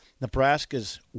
Nebraska's